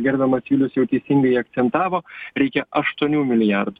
gerbiamas julius jau teisingai akcentavo reikia aštuonių milijardų